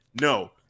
No